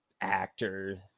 actor